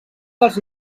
dels